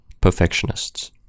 perfectionists